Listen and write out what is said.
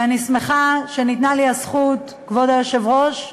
אני שמחה שניתנה לי הזכות, כבוד היושב-ראש,